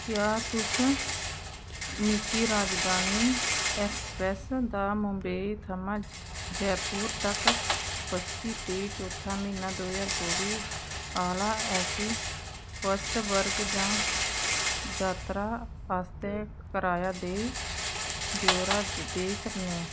क्या तुस मिगी राजधानी एक्सप्रेस दा मुंबई थमां जयपुर तक पच्ची त्रीह् चौथा म्हीना दो ज्हार चौबी आह्ला ऐसी फर्स्ट वर्ग जां जात्तरा आस्तै कराया देई ब्यौरा देई सकने ओ